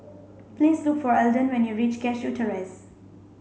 please look for Elden when you reach Cashew Terrace